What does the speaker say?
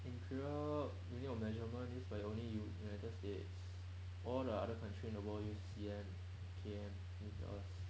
imperial unit of measurement used by only united states all the other country in the world you see C_M K_M meters